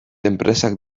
enpresak